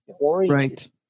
Right